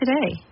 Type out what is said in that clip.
today